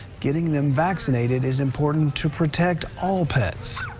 getting them vaccinated is important to protect all pets.